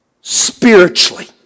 Spiritually